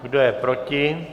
Kdo je proti?